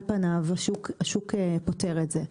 על פניו השוק פותר את זה,